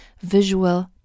Visual